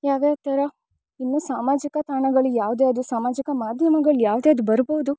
ಯಾವ್ಯಾವ ಥರ ಇನ್ನು ಸಾಮಾಜಿಕ ತಾಣಗಳ ಯಾವ್ದ್ಯಾವ್ದು ಸಾಮಾಜಿಕ ಮಾಧ್ಯಮಗಳು ಯಾವ್ದ್ಯಾವ್ದು ಬರ್ಬೌದು